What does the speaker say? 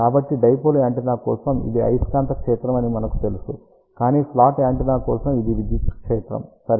కాబట్టి dipole antenna కోసం ఇది అయస్కాంత క్షేత్రం అని మనకు తెలుసు కానీ స్లాట్ యాంటెన్నా కోసం ఇది విద్యుత్ క్షేత్రం సరే